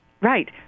right